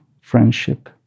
friendship